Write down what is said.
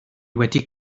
wedi